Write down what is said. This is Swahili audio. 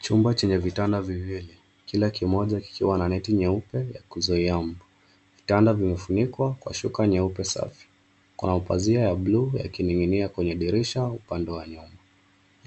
Chumba chenye vitanda viwili kila kimoja kikiwa na neti nyeupe ya kuzuia mbu. Vitanda vimefunikwa kwa shuka nyeupe safi. Kuna pazia ya buluu yakining'inia kwenye dirisha upande wa nyuma.